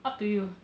up to you